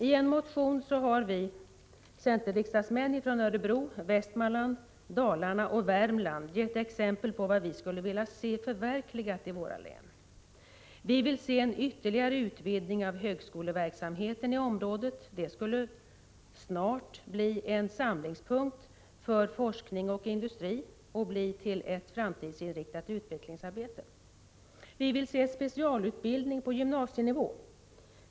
I en motion har vi centerriksdagsmän från Örebro, Västmanland, Dalarna och Värmland gett exempel på vad vi skulle vilja se förverkligat i våra län. Vi vill se en ytterligare utvidgning av högskoleverksamheten i området. Det skulle snart bli en samlingspunkt för forskning och industri och bli till ett framtidsinriktat utvecklingsarbete. Vi vill se specialutbildning på gymnasienivå.